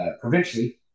provincially